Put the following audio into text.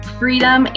freedom